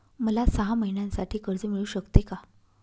मला सहा महिन्यांसाठी कर्ज मिळू शकते का?